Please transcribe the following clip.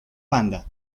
banda